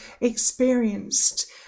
experienced